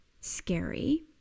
scary